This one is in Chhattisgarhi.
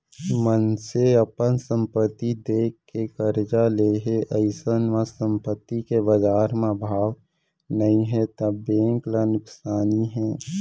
मनसे अपन संपत्ति देखा के करजा ले हे अइसन म संपत्ति के बजार म भाव नइ हे त बेंक ल नुकसानी हे